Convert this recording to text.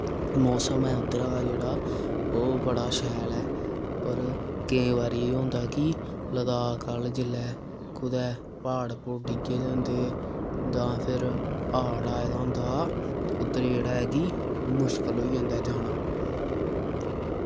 मौसम ऐ उद्धरा दा जेह्ड़ा ओह् बड़ा शैल ऐ पर केईं बारी होंदा कि लदाख आह्ल जेल्लै कुतै प्हाड़ प्हुड़ डिग्गे दे होंदे जां फिर प्हाड़ आए दा होंदा ते उद्धर जेह्ड़ा ऐ कि मुश्कल होई जंदा ऐ जाना